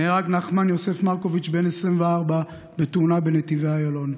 נהרג נחמן יוסף מרקוביץ' בן ה-24 בתאונה בנתיבי איילון.